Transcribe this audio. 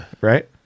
Right